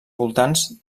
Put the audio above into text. voltants